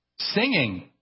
Singing